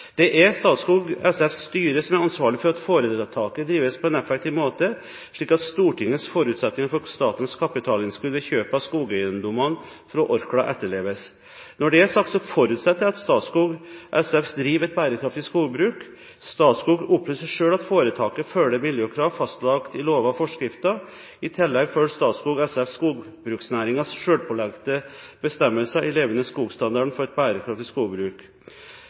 Det er Statskog SFs styre som er ansvarlig for at foretaket drives på en effektiv måte, slik at Stortingets forutsetninger for statens kapitalinnskudd ved kjøpet av skogeiendommene fra Orkla etterleves. Når det er sagt, forutsetter jeg at Statskog SF driver et bærekraftig skogbruk. Statskog opplyser selv at foretaket følger miljøkrav fastlagt i lover og forskrifter. I tillegg følger Statskog SF skogbruksnæringens selvpålagte bestemmelser i Levende Skog-standarden for et bærekraftig skogbruk.